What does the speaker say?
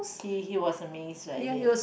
he he was amazed so I did